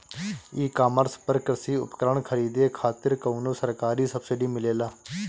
ई कॉमर्स पर कृषी उपकरण खरीदे खातिर कउनो सरकारी सब्सीडी मिलेला?